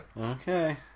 Okay